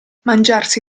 mangiarsi